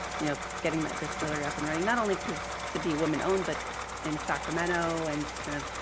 you know, getting that distillery up and running not only because to be women owned but in sacramento and kind of,